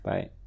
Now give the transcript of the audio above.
Bye